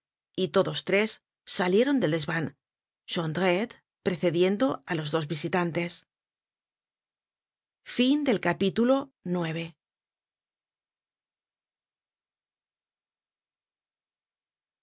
y todos tres salieron del desvan jondrette precediendo á los dos visitantes